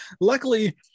Luckily